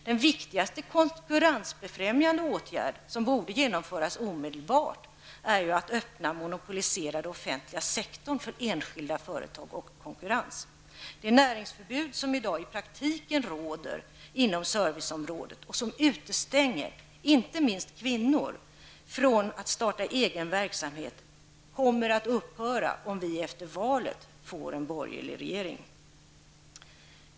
Den viktigaste konkurrensbefrämjande åtgärd som borde vidtas omedelbart är ju att man öppnar den monopoliserade offentliga sektorn för enskilda företag och för konkurrens. Det näringsförbud som i dag i praktiken råder inom serviceområdet och som innebär att inte minst kvinnor utestängs när det gäller att starta egen verksamhet kommer att upphöra om det efter valet blir en borgerlig regering.